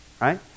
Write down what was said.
right